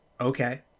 Okay